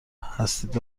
هستند